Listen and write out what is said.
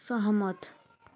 सहमत